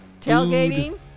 Tailgating